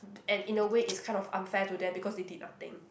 and in a way it's kind of unfair to them because they did nothing